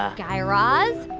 ah guy raz,